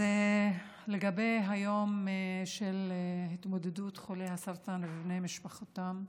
לגבי היום של התמודדות חולי הסרטן ובני משפחותיהם,